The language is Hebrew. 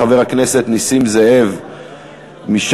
חבר הכנסת נסים זאב מש"ס,